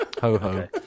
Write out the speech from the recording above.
Ho-ho